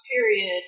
period